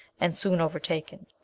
and soon overtaken.